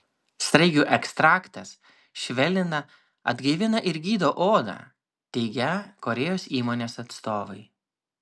sraigių ekstraktas švelnina atgaivina ir gydo odą teigią korėjos įmonės atstovai